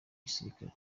gisirikare